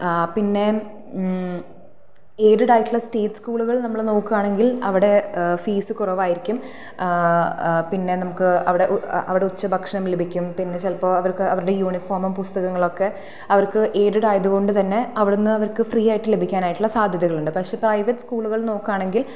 ആ പിന്നെ എയിഡഡായിട്ടുള്ള സ്റ്റേറ്റ് സ്കൂളുകൾ നമ്മൾ നോക്കുവാണെങ്കിൽ അവിടെ ഫീസ് കുറവായിരിക്കും ആ പിന്നെ നമുക്ക് അവിടെ അവിടെ ഉച്ചഭക്ഷണം ലഭിക്കും പിന്നെ ചിലപ്പോൾ അവർക്ക് അവരുടെ യൂണിഫോമും പുസ്തകങ്ങളൊക്കെ അവർക്ക് എയിഡഡായതുകൊണ്ടു തന്നെ അവിടുന്ന് അവർക്ക് ഫ്രീയായിട്ട് ലഭിക്കാനായിട്ടുള്ള സാധ്യതകളുണ്ട് പക്ഷെ പ്രൈവറ്റ് സ്കൂളുകൾ നോക്കുവാണെങ്കിൽ